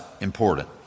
important